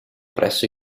presso